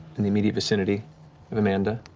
in the immediate vicinity of amanda.